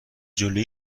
جلوی